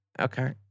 Okay